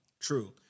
True